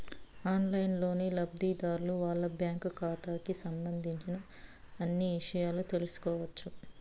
ఆన్లైన్లోనే లబ్ధిదారులు వాళ్ళ బ్యాంకు ఖాతాకి సంబంధించిన అన్ని ఇషయాలు తెలుసుకోవచ్చు